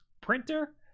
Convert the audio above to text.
printer